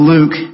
Luke